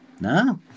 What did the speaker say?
no